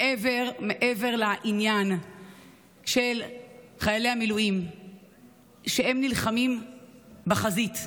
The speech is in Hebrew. מעבר לעניין של חיילי המילואים שנלחמים בחזית.